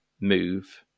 move